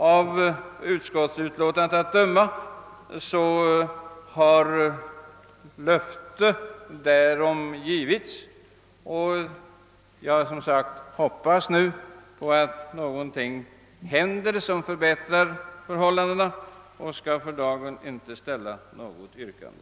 Av utskottsutlåtandet att döma har löfte därom givits. Jag hoppas som sagt att någonting händer som förbättrar förhållandena, och jag skall för dagen inte ställa något yrkande.